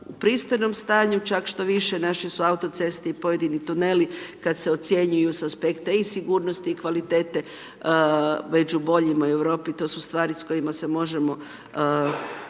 u pristojnom stanju, čak što više naše su autoceste i pojedini tuneli kad se ocjenjuju sa aspekta i sigurnosti i kvalitete, među boljima u Europi, to su stvari s kojima se možemo